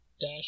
dash